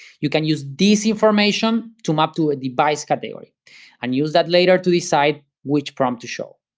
you can use this information to map to a device category and use that later to decide which prompt to show.